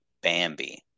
Bambi